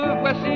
voici